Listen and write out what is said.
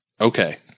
Okay